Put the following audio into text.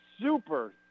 super-